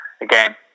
again